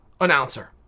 announcer